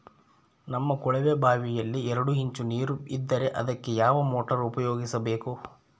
ನಮ್ಮ ಕೊಳವೆಬಾವಿಯಲ್ಲಿ ಎರಡು ಇಂಚು ನೇರು ಇದ್ದರೆ ಅದಕ್ಕೆ ಯಾವ ಮೋಟಾರ್ ಉಪಯೋಗಿಸಬೇಕು?